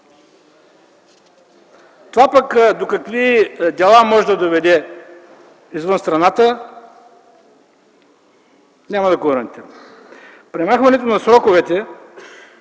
това пък до какви дела може да доведе извън страната, няма да коментирам! Премахването на сроковете,